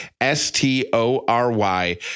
S-T-O-R-Y